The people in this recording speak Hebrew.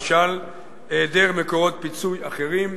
למשל היעדר מקורות פיצוי אחרים,